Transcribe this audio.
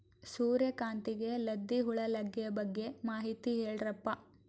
ಸೂರ್ಯಕಾಂತಿಗೆ ಲದ್ದಿ ಹುಳ ಲಗ್ಗೆ ಬಗ್ಗೆ ಮಾಹಿತಿ ಹೇಳರಪ್ಪ?